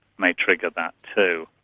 may trigger that too.